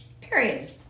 Period